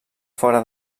fora